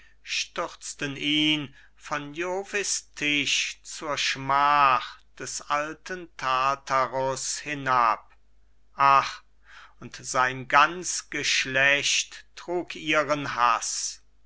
stürzten ihn von jovis tisch zur schmach des alten tartarus hinab ach und sein ganz geschlecht trug ihren haß